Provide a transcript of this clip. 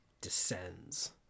Descends